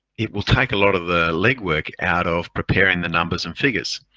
it will take a lot of the legwork out of preparing the numbers and figures.